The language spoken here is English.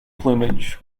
plumage